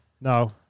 No